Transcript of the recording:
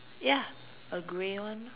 ya a grey one